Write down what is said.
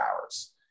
hours